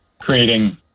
creating